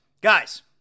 guys